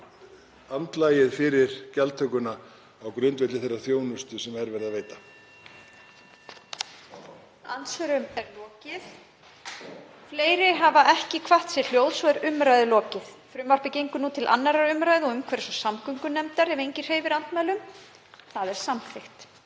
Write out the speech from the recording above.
andlagið fyrir gjaldtökuna á grundvelli þeirrar þjónustu sem verið er að veita.